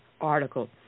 article